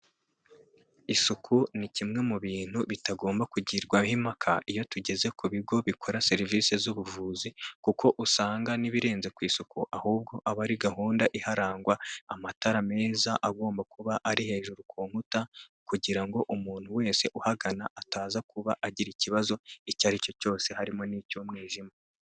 Isuku ni kimwe mu bintu bitagomba kugirwaho impaka iyo tugeze ku bigo bikora serivisi z'ubuvuzi kuko usanga n'ibirenze ku isuku ahubwo aba ari gahunda iharangwa, amatara meza agomba kuba ari hejuru ku nkuta kugira ngo umuntu wese uhagana ataza kuba agira ikibazo icyo ari cyo cyose harimo n'icy'umwijima.